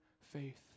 faith